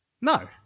No